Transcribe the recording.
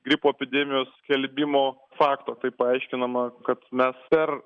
gripo epidemijos skelbimo fakto tai paaiškinama kad mes per